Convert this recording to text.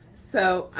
so